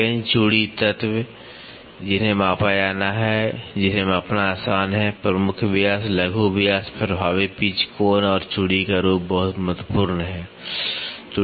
पेंच चूड़ी तत्व जिन्हें मापा जाना है या जिन्हें मापना आसान है प्रमुख व्यास लघु व्यास प्रभावी पिच कोण और चूड़ी का रूप बहुत महत्वपूर्ण है